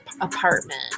apartment